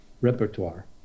repertoire